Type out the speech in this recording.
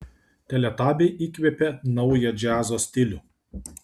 teletabiai įkvėpė naują džiazo stilių